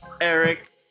Eric